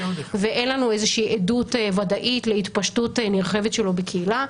ואין לנו עדות ודאית להתפשטות נרחבת שלו בקהילה.